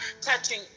touching